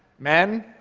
men,